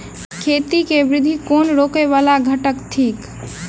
खेती केँ वृद्धि केँ रोकय वला घटक थिक?